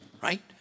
right